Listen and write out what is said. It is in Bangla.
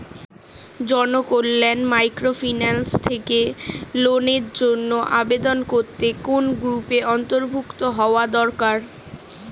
জনকল্যাণ মাইক্রোফিন্যান্স থেকে লোনের জন্য আবেদন করতে কোন গ্রুপের অন্তর্ভুক্ত হওয়া দরকার?